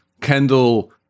Kendall